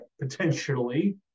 Potentially